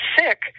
sick